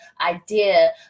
idea